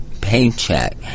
paycheck